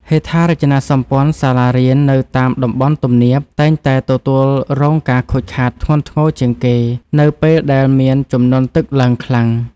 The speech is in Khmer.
ហេដ្ឋារចនាសម្ព័ន្ធសាលារៀននៅតាមតំបន់ទំនាប តែងតែទទួលរងការខូចខាតធ្ងន់ធ្ងរជាងគេ នៅពេលដែលមានជំនន់ទឹកឡើងខ្លាំង។